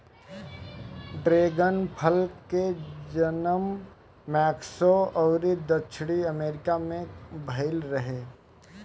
dragon फल के जनम मेक्सिको अउरी दक्षिणी अमेरिका में भईल रहे